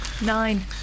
Nine